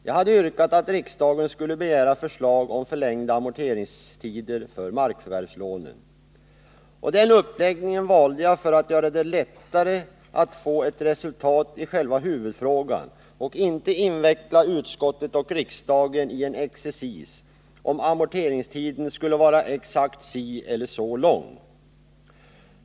Jag hade yrkat att riksdagen skulle begära förslag om förlängda amorteringstider för markförvärvslånen — den uppläggningen valdes för att göra det lättare att få ett resultat i huvudfrågan och inte inveckla utskottet och riksdagen i exercis om amorteringstiden skulle vara exakt si eller så lång.